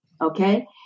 Okay